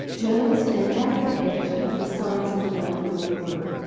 journalist and africa editor for the science and development network.